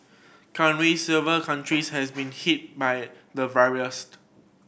currently several countries has been hit by the virus